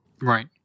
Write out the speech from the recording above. Right